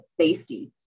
safety